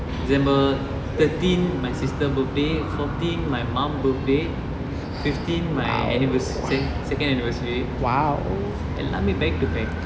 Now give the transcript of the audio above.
december thirteen my sister birthday fourteen my mum birthday fifteen my anniver~ second anniversary எல்லாமே:ellame back to back